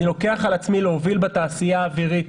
אני לוקח על עצמי להוביל בתעשייה האווירית